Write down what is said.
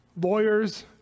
lawyers